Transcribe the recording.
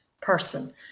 person